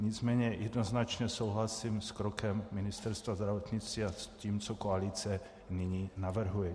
Nicméně jednoznačně souhlasím s krokem Ministerstva zdravotnictví a s tím, co koalice nyní navrhuje.